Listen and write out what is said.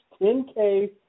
10K